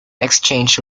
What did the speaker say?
exchange